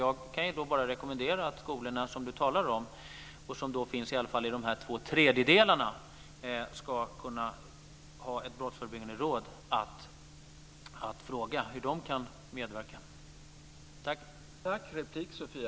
Jag kan bara rekommendera att skolorna, som Sofia Jonsson talar om, och som i alla fall finns i två tredjedelar av kommunerna ska ha ett brottsförebyggande råd att fråga hur man ska medverka.